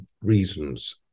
reasons